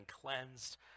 cleansed